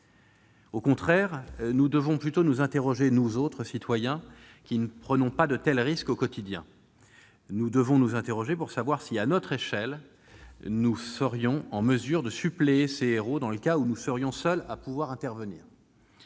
Au contraire, nous devons plutôt nous interroger, nous autres citoyens qui ne prenons pas de tels risques au quotidien. Nous devons nous interroger pour savoir si, à notre échelle, nous serions en mesure de suppléer ces héros, dans le cas où nous serions seuls à pouvoir intervenir.